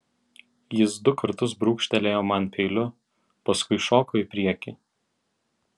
jis du kartus brūkštelėjo man peiliu paskui šoko į priekį